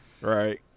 Right